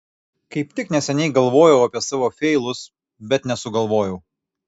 kaip tik neseniai galvojau apie savo feilus bet nesugalvojau